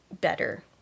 better